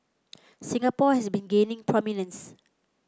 Singapore has been gaining prominence